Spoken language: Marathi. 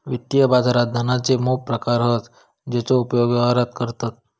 वित्तीय बाजारात धनाचे मोप प्रकार हत जेचो उपयोग व्यवहारात करतत